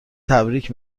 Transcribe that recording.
تبریک